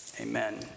amen